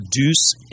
reduce